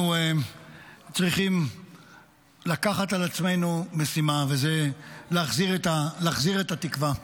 אנחנו צריכים לקחת על עצמנו משימה וזה להחזיר את התקווה,